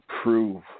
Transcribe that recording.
prove